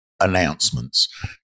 announcements